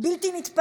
וזה בלתי נתפס,